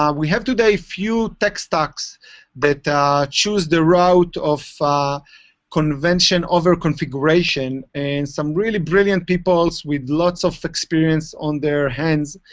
um we have today few tech stocks that choose the route of convention over configuration. and some really brilliant people with lots of experience on their hands